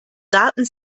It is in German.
daten